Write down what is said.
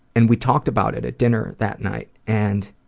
and we talked about it at dinner that night. and,